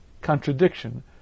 contradiction